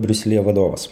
briuselyje vadovas